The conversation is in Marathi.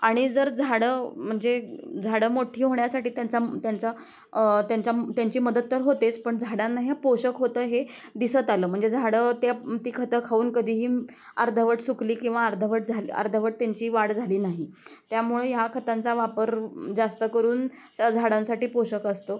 आणि जर झाडं म्हणजे झाडं मोठी होण्यासाठी त्यांचा म् त्यांचा त्यांच्या म् त्यांची मदत तर होतेच पण झाडांना हे पोषक होतं आहे हे दिसत आलं म्हणजे झाडं त्या ती खतं खाऊन कधीही म् अर्धवट सुकली किंवा अर्धवट झाल् अर्धवट त्यांची वाढ झाली नाही त्यामुळे ह्या खतांचा वापर जास्तकरून असा झाडांसाठी पोषक असतो